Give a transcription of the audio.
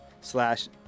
slash